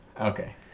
Okay